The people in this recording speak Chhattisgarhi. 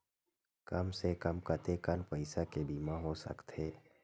कम से कम कतेकन पईसा के बीमा हो सकथे?